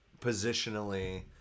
positionally